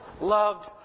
loved